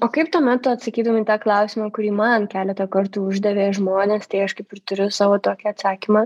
o kaip tuomet tu atsakytum į tą klausimą kurį man keletą kartų uždavė žmonės tai aš kaip ir turiu savo tokį atsakymą